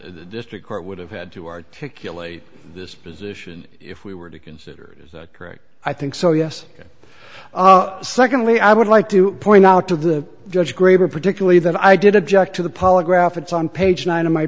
the district court would have had to articulate this position if we were to consider it as correct i think so yes secondly i would like to point out to the judge graber particularly that i did object to the polygraph it's on page nine